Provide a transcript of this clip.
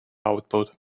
output